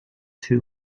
two